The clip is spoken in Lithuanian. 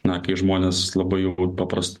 na kai žmonės labai jau papras